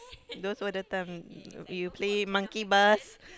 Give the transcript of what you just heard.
those were the time we play monkey bars